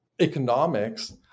economics